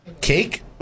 cake